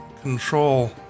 control